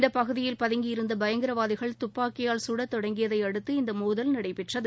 இந்த பகுதியில் பதுங்கியிருந்த பயங்கரவாதிகள் துப்பாக்கியால் கட தொடங்கியதை அடுத்து இந்த மோதல் நடைபெற்றது